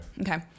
Okay